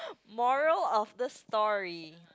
moral of the story